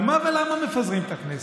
על מה ולמה מפזרים את הכנסת?